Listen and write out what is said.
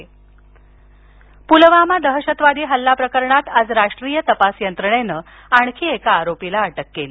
पुलवामा अटक पुलवामा दहशतवादी हल्ला प्रकरणात आज राष्ट्रीय तपास यंत्रणेनं आणखी एका आरोपीला अटक केली